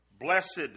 Blessed